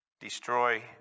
destroy